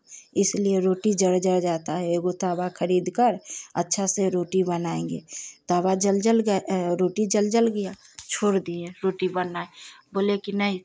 इसलिए रोटी जल जल जाता है एगो तवा खरीदकर अच्छा से रोटी बनाएँगे तवा जल जल ग रोटी जल जल गया छोड़ दिए रोटी बनाना ही बोले कि नहीं